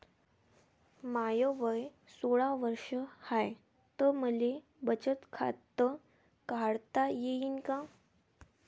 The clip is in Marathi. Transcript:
माय वय सोळा वर्ष हाय त मले बचत खात काढता येईन का?